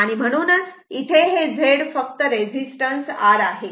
आणि म्हणूनच इथे हे Z फक्त रेझिस्टन्स R आहे